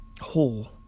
whole